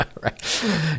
Right